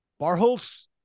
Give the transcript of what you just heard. barholz